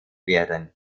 werden